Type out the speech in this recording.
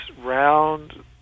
round